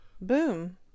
boom